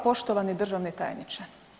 Poštovani državni tajniče.